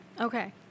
Okay